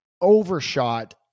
overshot